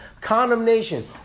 Condemnation